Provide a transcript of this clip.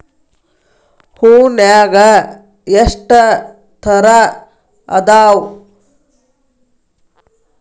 ಹೂನ್ಯಾಗ ಎಷ್ಟ ತರಾ ಅದಾವ್?